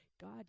God